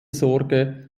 sorge